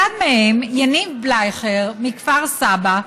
אחד מהם, יניב בלייכר מכפר סבא,